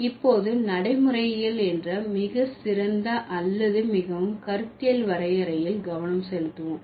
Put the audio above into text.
இப்போது நடைமுறையியல் என்ற மிக சிறந்த அல்லது மிகவும் கருத்தியல் வரையறையில் கவனம் செலுத்துவோம்